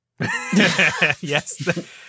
Yes